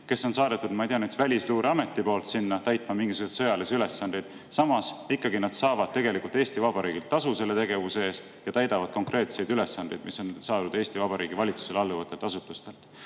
kelle on saatnud, ma ei tea, näiteks Välisluureamet sinna täitma mingisuguseid sõjalisi ülesandeid, samas nad saavad ikkagi Eesti Vabariigilt tasu selle tegevuse eest. Nad täidavad konkreetseid ülesandeid, mis on saadud Eesti Vabariigi valitsusele alluvatelt asutustelt.